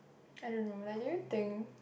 I don't know like do you think